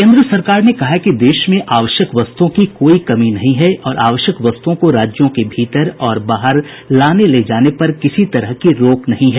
केन्द्र सरकार ने कहा है कि देश में आवश्यक वस्तुओं की कोई कमी नहीं है और आवश्यक वस्तुओं को राज्यों के भीतर और बाहर लाने ले जाने पर किसी तरह की रोक नहीं है